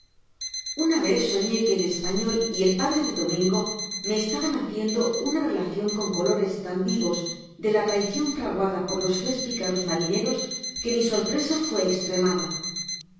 una vez soüe que el español y el padre de domingo me estaban haciendo una relacion con colores tan vivos de la traicion fraguada por los tres picaros marineros que mi sorpresa fué estremada